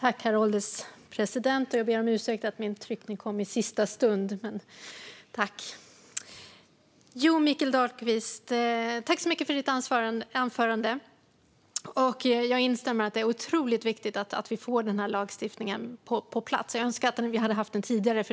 Herr ålderspresident! Jag tackar så mycket för Mikael Dahlqvists anförande. Jag instämmer i att det är otroligt viktigt att vi får lagstiftningen på plats, och jag önskar att den hade funnits tidigare.